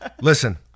listen